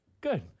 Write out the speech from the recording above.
Good